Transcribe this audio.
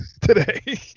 today